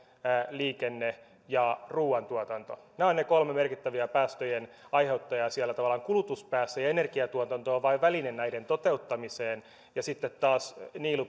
liikenne ja ruoantuotanto nämä ovat ne kolme merkittävää päästöjen aiheuttajaa tavallaan siellä kulutuspäässä ja energiantuotanto on vain väline näiden toteuttamiseen ja sitten taas